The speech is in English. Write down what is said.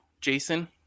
Jason